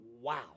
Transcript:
wow